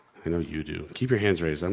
i know you do. keep your hands raised, and